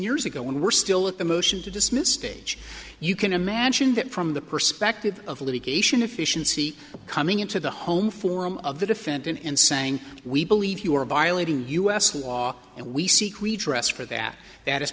years ago when we're still with a motion to dismiss stage you can imagine that from the perspective of litigation efficiency coming into the home forum of the defendant and saying we believe you are violating us laws and we seek redress for that that is